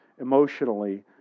emotionally